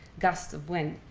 gusts of wind,